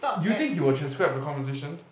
do you think he will transcribe the conversation